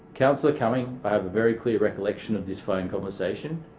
councillor cumming, i have a very clear recollection of this phone conversation.